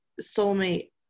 soulmate